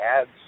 ads